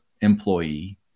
employee